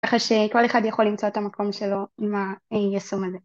ככה שכל אחד יכול למצוא את המקום שלו עם הישום הזה.